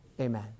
Amen